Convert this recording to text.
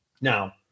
Now